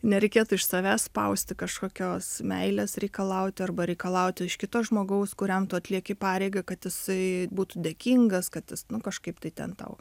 nereikėtų iš savęs spausti kažkokios meilės reikalauti arba reikalauti iš kito žmogaus kuriam tu atlieki pareigą kad jisai būtų dėkingas kad jis kažkaip tai ten tau